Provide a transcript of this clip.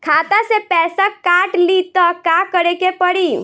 खाता से पैसा काट ली त का करे के पड़ी?